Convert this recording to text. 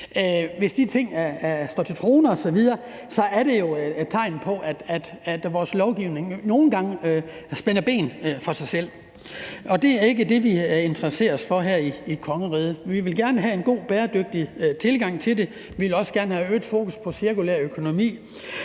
Hvis de ting står til troende osv., er det jo et tegn på, at vi med vores lovgivning nogle gange spænder ben for os selv, og det er ikke det, vi har interesse for her i kongeriget. Vi vil gerne have en god, bæredygtig tilgang til det. Vi vil også gerne have et øget fokus på cirkulær økonomi